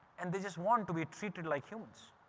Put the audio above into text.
and they just want to be treated like humans,